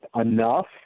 enough